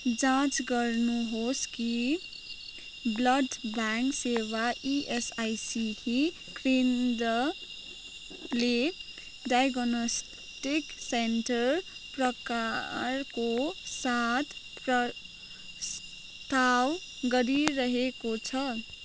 जाँच गर्नुहोस् कि ब्लड ब्याङ्क सेवा इएसआइसी केन्द्रले डायग्नोस्टिक सेन्टर प्रकारको साथ प्रस्ताव गरिरहेको छ